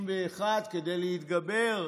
61 כדי להתגבר,